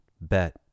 bet